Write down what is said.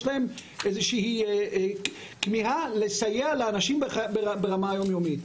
להם איזה שהיא כמיהה לסייע לאנשים ברמה היומיומית